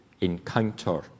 encounter